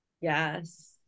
Yes